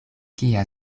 kia